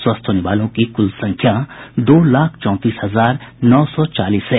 स्वस्थ होने वालों की कुल संख्या दो लाख चौंतीस हजार नौ सौ चालीस है